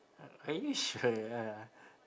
are you sure ah